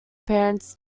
parents